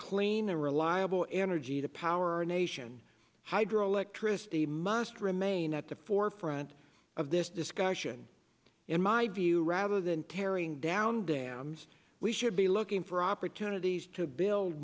clean a reliable energy to power our nation hydro electricity must remain at the forefront of this discussion in my view rather than tearing down dams we should be looking for opportunities to build